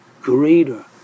greater